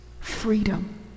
freedom